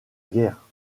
guerre